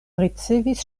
ricevis